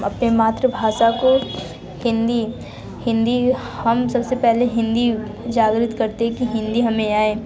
अपने मातृभाषा को हिंदी हिंदी हम सबसे पहले हिंदी जागृत करते है कि हिंदी हमें आए